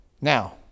Now